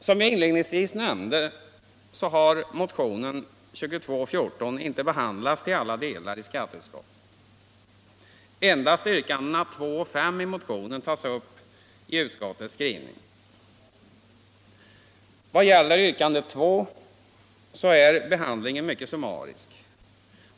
Som jag inledningsvis nämnde, har motionen nr 2214 inte behandlats till alla delar i skatteutskottet. Endast yrkandena 2 och 5 i motionen tas upp i utskottets skrivning. Vad gäller yrkande 2, om förbud mot alkoholreklam, är behandlingen mycket summarisk.